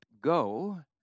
Go